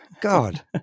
God